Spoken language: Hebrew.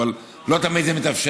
אבל לא תמיד זה מתאפשר,